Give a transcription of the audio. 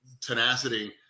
tenacity